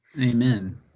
Amen